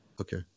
okay